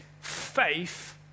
Faith